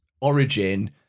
origin